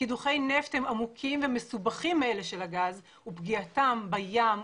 קידוחי נפט הם עמוקים ומסובכים מאלה של הגז ופגיעתם בים,